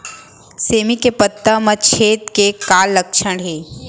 सेमी के पत्ता म छेद के का लक्षण हे?